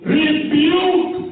rebuke